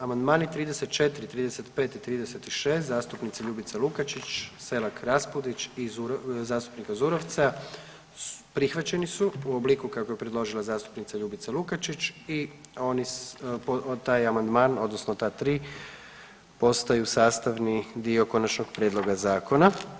Amandmani 34., 35. i 36. zastupnice Ljubice Lukačić, SElak Raspudić i zastupnika Zurovca prihvaćeni su u obliku kako je predložila zastupnica Ljubica Lukačić i taj amandman odnosno ta tri postaju sastavni dio konačnog prijedloga zakona.